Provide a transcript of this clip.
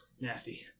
nasty